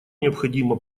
необходимо